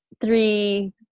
three